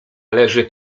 leży